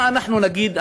מה אנחנו נגיד,